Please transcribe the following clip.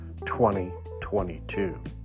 2022